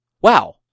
Wow